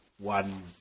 One